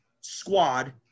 squad